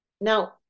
Now